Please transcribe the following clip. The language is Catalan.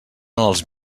els